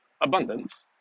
abundance